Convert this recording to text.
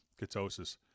ketosis